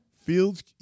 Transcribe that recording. Fields